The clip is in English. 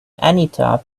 anita